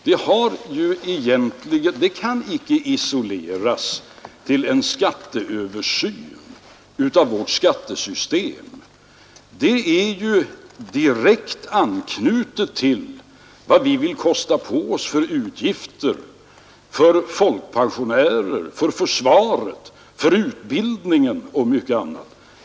Mitt svar är, det kan inte isoleras till en översyn av vårt skattesystem, eftersom det är direkt anknutet till vad vi vill kosta på oss för utgifter för folkpensionärer, för försvaret, för utbildningen och mycket annat.